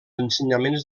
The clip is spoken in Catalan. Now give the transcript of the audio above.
ensenyaments